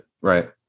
right